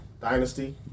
Dynasty